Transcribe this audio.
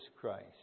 Christ